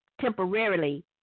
temporarily